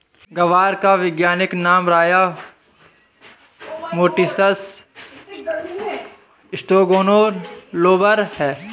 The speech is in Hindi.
ग्वार का वैज्ञानिक नाम साया मोटिसस टेट्रागोनोलोबस है